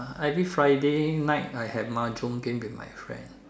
every Friday night I have mahjong game with my friends